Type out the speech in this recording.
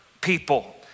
people